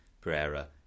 Pereira